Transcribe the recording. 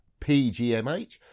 PGMH